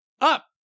up